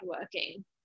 working